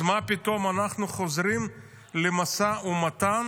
אז מה פתאום אנחנו חוזרים למשא ומתן